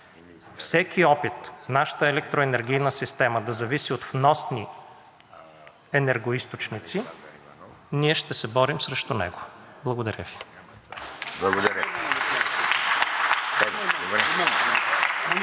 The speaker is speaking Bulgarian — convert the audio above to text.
Всеки опит нашата електроенергийна система да зависи от вносни енергоизточници – ние ще се борим срещу него. Благодаря Ви.